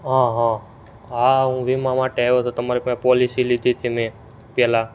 હં હં હા હું વીમા માટે આવ્યો તો તમારી પાસે પોલિસી લીધી હતી મેં પહેલાં